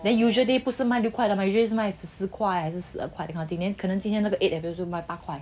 then usually 不是卖六块的 usually 是卖十块还是十二块可能今天是那个 eight episode 就卖八块